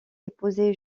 épousé